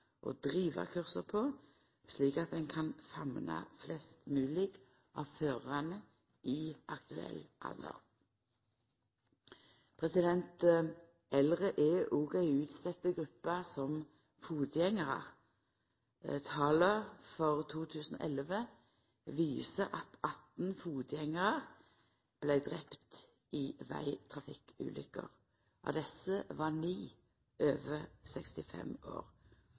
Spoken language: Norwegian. å driva kursa på, slik at ein kan famna flest mogleg av førarane i aktuell alder. Eldre er òg ei utsett gruppe som fotgjengarar. Tala for 2011 viser at 18 fotgjengarar vart drepne i vegtrafikkulukker. Av desse var ni over 65 år.